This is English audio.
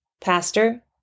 Pastor